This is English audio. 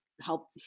Help